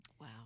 Wow